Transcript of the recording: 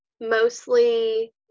mostly